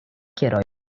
کرایه